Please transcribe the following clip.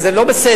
זה לא בסדר,